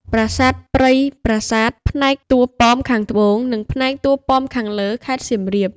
ប្រាសាទព្រៃប្រាសាទ (ផ្នែកតួប៉មខាងត្បូង និងផ្នែកតួប៉មខាងលើ) (ខេត្តសៀមរាប)។